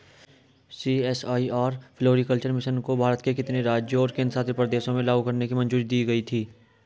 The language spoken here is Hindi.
सी.एस.आई.आर फ्लोरीकल्चर मिशन को भारत के कितने राज्यों और केंद्र शासित प्रदेशों में लागू करने की मंजूरी दी गई थी?